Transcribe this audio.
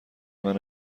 منو